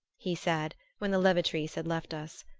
he said, when the levatrice had left us,